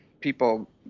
people